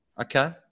Okay